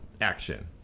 action